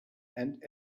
and